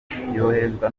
yoherezwa